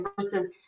versus